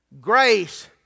grace